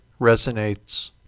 resonates